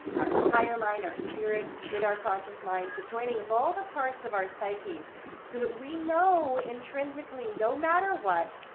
our higher mind, our spirit with our conscious life. the joining of all the parts of our psyche so that we know intrinsically, no matter what,